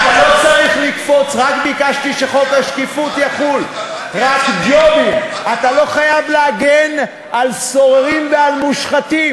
ראש השב"כ עצמו, יובל דיסקין, אמר בוועדת טירקל: